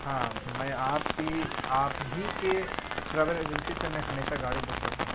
ہاں میں آپ کی آپ ہی کے ٹریول ایجنسی سے میں ہمیشہ گاڑی بک کرتا ہوں